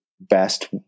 best